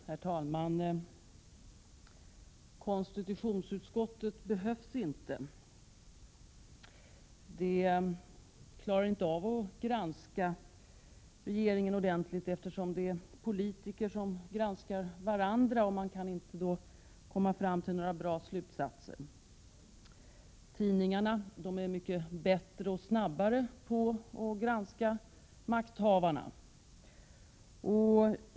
Herr talman! Konstitutionsutskottet behövs inte. Det klarar inte av att granska regeringen ordentligt, eftersom det är politiker som granskar varandra och eftersom utskottet då inte kan komma fram till några bra slutsatser. Tidningarna är mycket bättre och snabbare på att granska makthavarna.